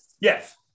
Yes